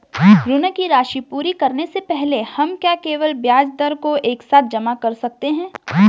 ऋण की राशि पूरी करने से पहले हम क्या केवल ब्याज दर को एक साथ जमा कर सकते हैं?